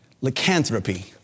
lycanthropy